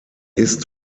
ist